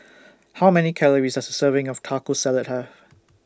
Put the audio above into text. How Many Calories Does A Serving of Taco Salad Have